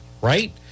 right